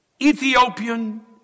Ethiopian